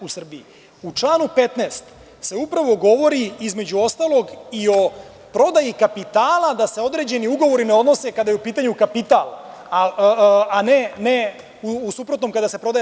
U članu 15. se upravo govori, između ostalog, i o prodaji kapitala da se određeni ugovori ne odnose kada je u pitanju kapital, a ne u suprotnom kada se prodaje